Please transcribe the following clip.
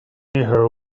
her